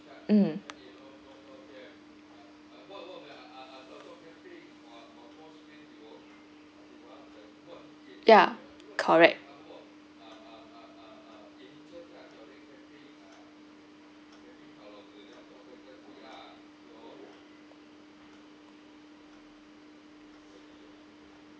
um ya correct